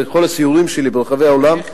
בכל הסיורים שלי ברחבי העולם,